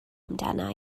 amdana